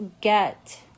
get